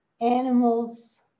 animals